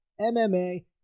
MMA